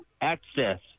access